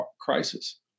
crisis